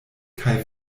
kaj